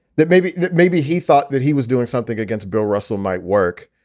that maybe maybe he thought that he was doing something against bill russell might work.